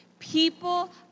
People